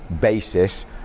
basis